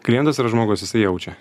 klientas yra žmogus jisai jaučia